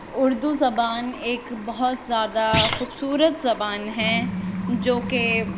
اردو زبان ایک بہت زیادہ خوبصورت زبان ہیں جو کہ